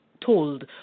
told